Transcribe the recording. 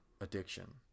addiction